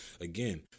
again